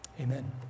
Amen